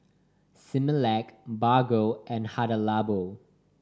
Similac Bargo and Hada Labo